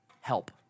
help